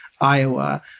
Iowa